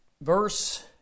Verse